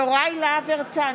יוראי להב הרצנו,